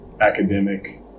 academic